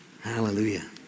Hallelujah